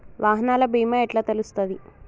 వాహనాల బీమా ఎట్ల తెలుస్తది?